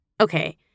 Okay